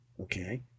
Okay